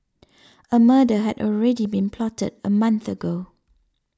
a murder had already been plotted a month ago